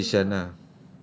then you fetch ishan ah